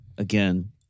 Again